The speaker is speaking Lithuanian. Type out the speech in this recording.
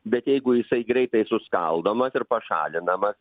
bet jeigu jisai greitai suskaldomas ir pašalinamas